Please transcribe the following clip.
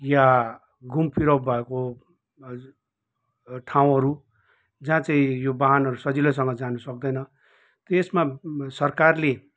यहाँ घुम फिराउ भएको ठाउँहरू जहाँ चाहिँ यो वाहनहरू सजिलै सँग जानु सक्दैन त्यसमा सरकारले